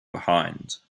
behind